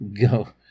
go